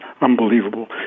unbelievable